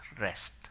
rest